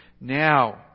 Now